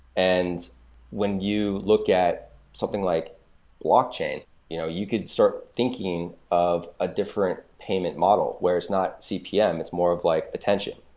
and when you look at something like walkchain, you know you could start thinking of a different payment model, where it's not cmp, it's more of like attention.